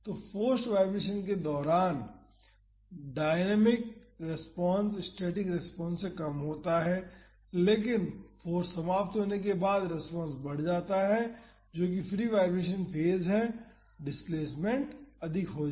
तो forced vibration के दौरान गडायनामिक रेस्पॉन्स स्टैटिक रेस्पॉन्स से कम होता है लेकिन फाॅर्स समाप्त होने के बाद रेस्पॉन्स बढ़ जाता है जो कि फ्री वाईब्रेशन फेज है डिस्प्लेस्मेंट अधिक होता है